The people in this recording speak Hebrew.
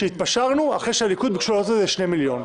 שבו התפשרנו אחרי שהליכוד ביקשו לעשות את זה 2 מיליון.